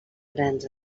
grans